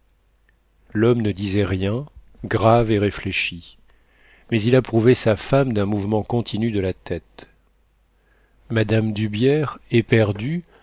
l'homme ne disait rien grave et réfléchi mais il approuvait sa femme d'un mouvement continu de la tête mme d'hubières éperdue